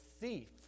thief